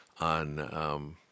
on